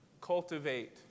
cultivate